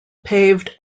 paved